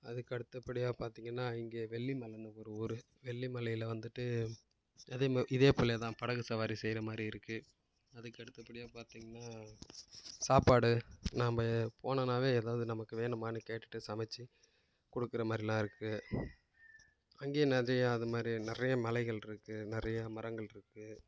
அதுக்கு அடுத்தபடியாக பார்த்தீங்கனா இங்கே வெள்ளிமலைனு ஒரு ஊர் வெள்ளிமலையில் வந்துட்டு இதேமே இதேபோலயே தான் படகு சவாரி செய்யற மாதிரி இருக்குது அதுக்கு அடுத்தபடியாக பார்த்தீங்னா சாப்பாடு நம்ப போனோம்னாவே ஏதாவுது நமக்கு வேணுமான்னு கேட்டுட்டு சமைச்சு கொடுக்குற மாதிரிலாம் இருக்குது அங்கேயும் அதுமாதிரி நிறையா மலைகளிருக்கு நிறையா மரங்கள் இருக்குது